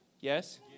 Yes